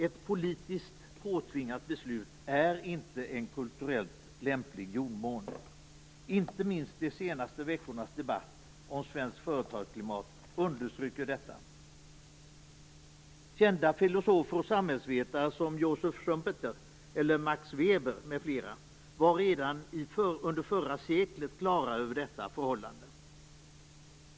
Ett politiskt påtvingat beslut är inte en kulturellt lämplig jordmån. Inte minst de senaste veckornas debatt om svenskt företagsklimat understryker detta. Kända filosofer och samhällsvetare som Joseph Schumpeter, Max Weber m.fl. var redan under förra seklet på det klara med detta förhållande.